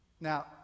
Now